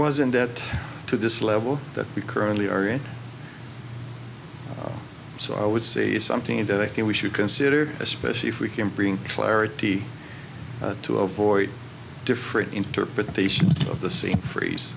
wasn't that to this level that we currently are in so i would say something that i think we should consider especially if we can bring clarity to avoid different interpretations of the same freeze